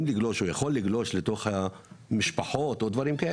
לגלוש לתוך המשפחות או משהו מהסוג הזה,